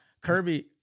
Kirby